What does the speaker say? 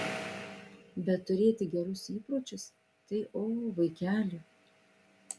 bet turėti gerus įpročius tai o vaikeli